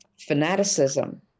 fanaticism